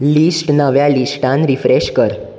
list नव्या लिस्टान refresh कर